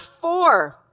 four